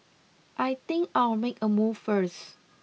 I think I'll make a move first